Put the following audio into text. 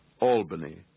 Albany